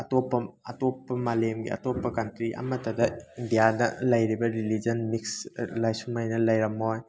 ꯑꯇꯣꯞꯄ ꯑꯇꯣꯞꯄ ꯃꯥꯂꯦꯝꯒꯤ ꯑꯇꯣꯞꯄ ꯀꯟꯇ꯭ꯔꯤ ꯑꯃꯠꯇꯗ ꯏꯟꯗꯤꯌꯥꯗ ꯂꯩꯔꯤꯕ ꯔꯤꯂꯤꯖꯟ ꯃꯤꯛꯁ ꯁꯨꯃꯥꯏꯅ ꯂꯩꯔꯝꯃꯣꯏ